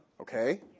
Okay